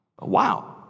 Wow